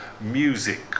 music